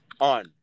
on